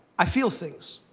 i feel things.